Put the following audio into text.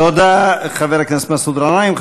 תודה, חבר הכנסת מסעוד גנאים.